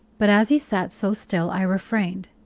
but as he sat so still i refrained,